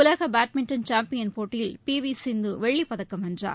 உலகபேட்மிண்டன் champion போட்டியில் பிவிசிந்துவெள்ளிப் பதக்கம் வென்றார்